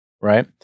right